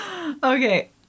okay